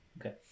okay